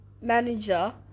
manager